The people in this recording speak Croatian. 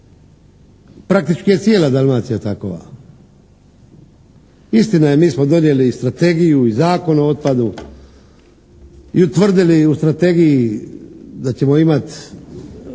Praktički je cijela Dalmacija takova. Istina je, mi smo donijeli strategiju i Zakon o otpadu i utvrdili u strategiji da ćemo imati